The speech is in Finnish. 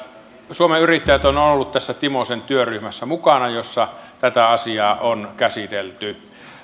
suomen yrittäjät on on ollut tässä timosen työryhmässä mukana jossa tätä asiaa on käsitelty